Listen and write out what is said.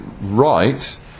right